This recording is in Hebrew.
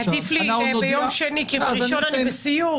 עדיף לי ביום שני, כי בראשון אני בסיור.